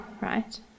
right